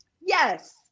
Yes